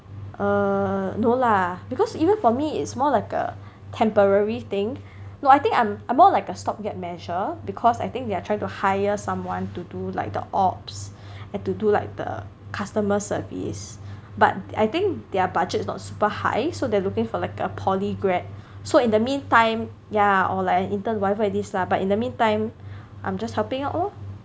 err no lah because even for me it's more like a temporary thing no I think I'm more like a stop gap measure because I think they are trying to hire someone to do like the ops and to do like the customer service but I think their budget is not super high so they are looking for like a poly grad so in the meantime ya or like an intern whatever it is lah but in the meantime I'm just helping out lor